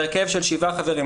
בהרכב של שבעה חברים,